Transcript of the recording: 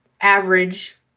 average